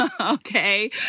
okay